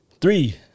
three